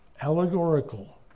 allegorical